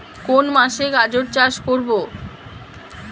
কোন মাসে গাজর চাষ করব?